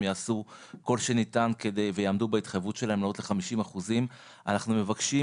יעשו כל שניתן ויעמדו בהתחייבות שלהם להעלות ל- 50%. אנחנו מבקשים,